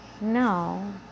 no